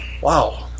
Wow